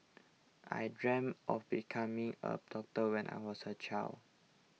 I dreamt of becoming a doctor when I was a child